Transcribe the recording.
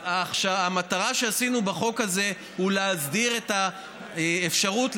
המטרה בחוק הזה היא להסדיר את האפשרות,